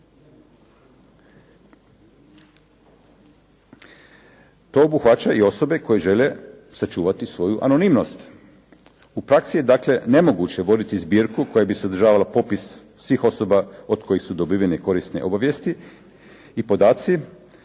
To obuhvaća i osobe koje žele sačuvati svoju anonimnost. U praksi je dakle nemoguće voditi zbirku koja bi sadržavala popis svih osoba od kojih su dobivene korisne obavijesti i podaci,